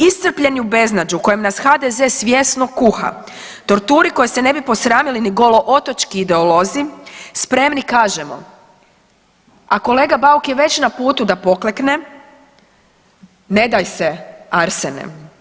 Iscrpljeni u beznađu u kojem nas HDZ svjesno kuha, torturi koje se ne bi posramili ni golo otočki ideolozi spremni kažemo, a kolega Bauk je već na putu da poklekne, ne daj se Arsene.